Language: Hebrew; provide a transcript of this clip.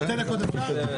אה, שתי דקות אפשר?